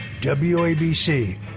WABC